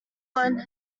line